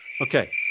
Okay